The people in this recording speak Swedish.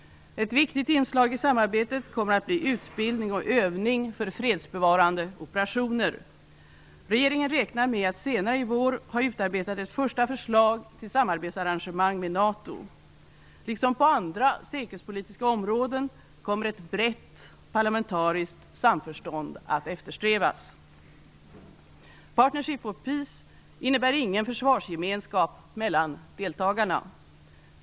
Ett viktigt inslag i samarbetet kommer att bli utbildning och övning för fredsbevarande operationer. Regeringen räknar med att senare i vår ha utarbetat ett första förslag till samarbetsarrangemang med NATO. Liksom på andra säkerhetspolitiska områden kommer ett brett parlamentariskt samförstånd att eftersträvas. Partnership for Peace innebär ingen försvarsgemenskap mellan deltagarna.